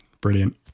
brilliant